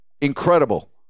incredible